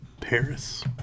Paris